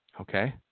Okay